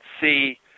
see